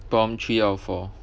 prompt three out of four